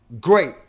great